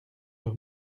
leur